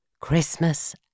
Christmas